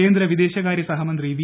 കേന്ദ്ര വിദേശകാരൃ സഹമന്ത്രി വി